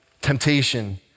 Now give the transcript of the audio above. temptation